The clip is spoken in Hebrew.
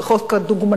או "חוק הדוגמניות",